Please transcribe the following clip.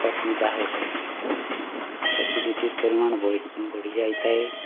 ଅସୁବିଧା ହୋଇଥାଏ ଏସିଡ଼ିଟି ପରିମାଣ ବଢ଼ି ବଢ଼ି ଯାଇଥାଏ